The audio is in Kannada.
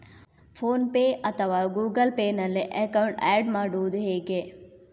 ಫೋನ್ ಪೇ ಅಥವಾ ಗೂಗಲ್ ಪೇ ನಲ್ಲಿ ಅಕೌಂಟ್ ಆಡ್ ಮಾಡುವುದು ಹೇಗೆ?